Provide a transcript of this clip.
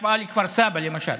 בהשוואה לכפר סבא, למשל?